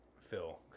Phil